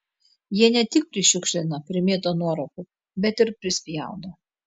jie ne tik prišiukšlina primėto nuorūkų bet ir prispjaudo